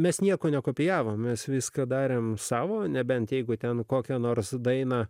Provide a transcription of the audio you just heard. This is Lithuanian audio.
mes nieko nekopijavome mes viską darėme savo nebent jeigu ten kokią nors dainą